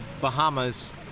Bahamas